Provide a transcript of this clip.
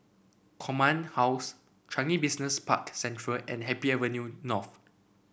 Command House Changi Business Park Central and Happy Avenue North